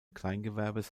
kleingewerbes